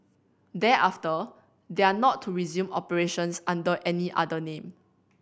thereafter they are not to resume operations under any other name